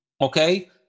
okay